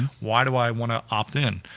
why do i want to opt-in?